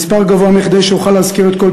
המספר גבוה מכדי שאוכל להזכיר את כל